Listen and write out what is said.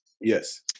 Yes